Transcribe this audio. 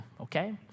okay